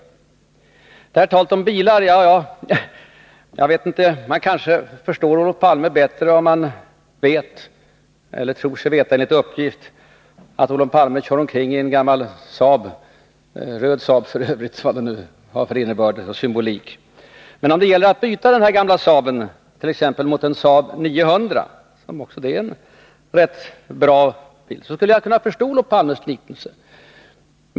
När det gäller talet om bilar kanske man förstår Olof Palme bättre om man tror sig veta att han, enligt uppgift, kör omkring i en gammal Saab — en röd Saab f. ö., vad det nu är för symbolik. Men om det gäller att byta den här gamla Saaben t.ex. mot en Saab 900, som också det är en rätt bra bil, skulle man förstå Olof Palmes liknelse.